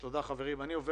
תודה, חברים, הישיבה נעולה.